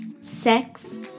sex